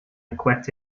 aquatic